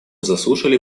заслушали